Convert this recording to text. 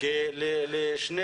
כי לשתי